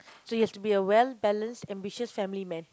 so he has to be a well-balanced ambitious family man